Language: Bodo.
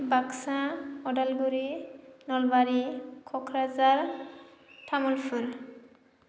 बाक्सा अदालगुरि नलबारि क'क्राझार तामुलपुर